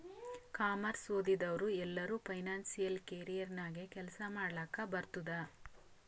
commerce ಓದಿದವ್ರು ಎಲ್ಲರೂ financial career ನಾಗೆ ಕೆಲ್ಸಾ ಮಾಡ್ಲಕ್ ಬರ್ತುದ್